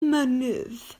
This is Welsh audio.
mynydd